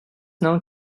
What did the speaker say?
known